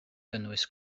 gynnwys